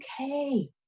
okay